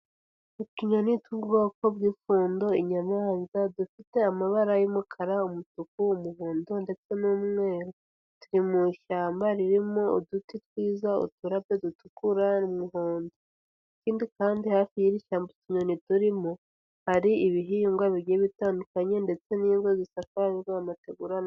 Utunyoni tw'ubwoko bw'ifondo, inyamanza dufite amabara y'umukara, umutuku, umuhondo ndetse n'umweru, turi mu ishyamba ririmo uduti twiza uturabyo dutukura, n'umuhodo. Ikindi kandi hafi y'iri shyamba utu tunyoni turimo, hari ibihingwa bigiye bitandukanye ndetse n'ingo zisakajwe amategura.